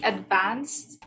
Advanced